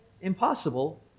impossible